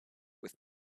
with